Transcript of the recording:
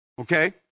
Okay